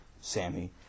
Sammy